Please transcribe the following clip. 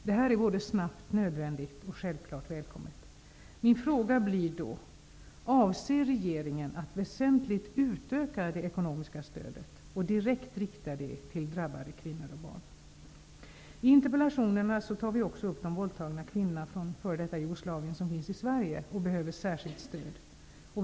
Detta är både snabbt nödvändigt och självklart välkommet. Min fråga blir då: Avser regeringen att väsentligt utöka det ekonomiska stödet och direkt rikta det till drabbade kvinnor och barn? I interpellationerna tar vi också upp frågan om de våldtagna kvinnorna från det f.d. Jugoslavien, vilka finns i Sverige och som behöver särskilt stöd.